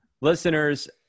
Listeners